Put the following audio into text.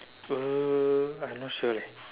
uh I not sure leh